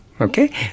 okay